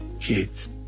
kids